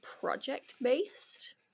project-based